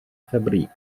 fabrik